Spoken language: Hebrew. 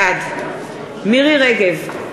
בעד מירי רגב,